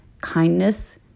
kindness